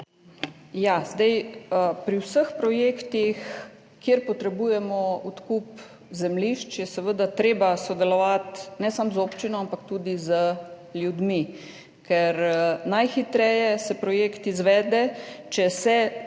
Pri vseh projektih, kjer potrebujemo odkup zemljišč, je seveda treba sodelovati ne samo z občino, ampak tudi z ljudmi, ker se najhitreje projekt izvede, če se